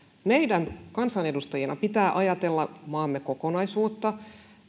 meidän kansanedustajina pitää ajatella maamme kokonaisuutta